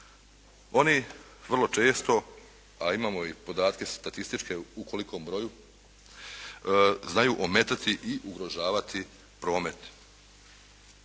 oni vrlo često, a imamo i podatke statističke u kolikom broju, znaju ometati i ugrožavati promet.